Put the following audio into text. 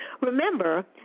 Remember